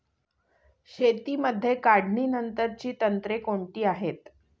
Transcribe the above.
शेतीमध्ये काढणीनंतरची तंत्रे कोणती आहेत?